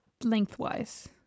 lengthwise